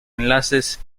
enlaces